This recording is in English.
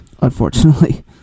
unfortunately